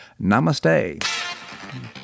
Namaste